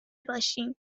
باشیم